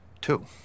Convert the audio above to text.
Two